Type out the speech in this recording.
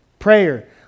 Prayer